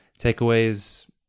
Takeaways